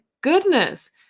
goodness